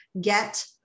get